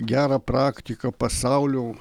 gerą praktiką pasaulio